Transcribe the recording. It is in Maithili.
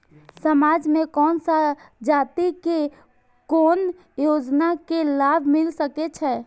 समाज में कोन सा जाति के कोन योजना के लाभ मिल सके छै?